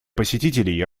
посетителей